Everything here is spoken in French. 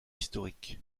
historiques